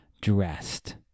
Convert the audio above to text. dressed